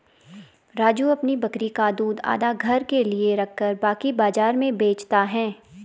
राजू अपनी बकरी का दूध आधा घर के लिए रखकर बाकी बाजार में बेचता हैं